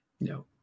no